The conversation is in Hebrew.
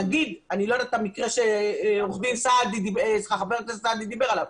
אני לא יודעת את המקרה שחבר הכנסת סעדי דיבר עליו,